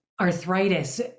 arthritis